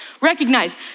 recognize